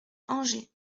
angers